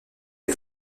est